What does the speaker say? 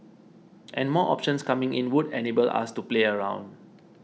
and more options coming in would enable us to play around